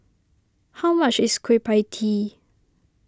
how much is Kueh Pie Tee